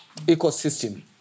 ecosystem